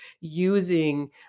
using